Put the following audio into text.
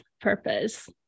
purpose